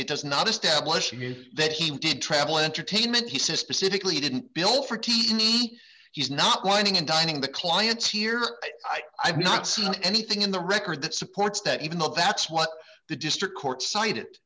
it does not establishing is that he did travel entertainment he says specifically didn't bill for teaching he's not wining and dining the clients here i've not seen anything in the record that supports that even though that's what the district court cite